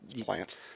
Plants